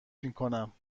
میکنم